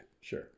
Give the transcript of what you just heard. Sure